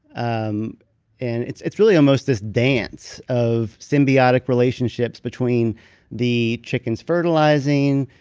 um and it's it's really almost this dance of symbiotic relationships between the chickens fertilizing,